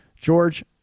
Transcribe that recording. George